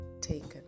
taken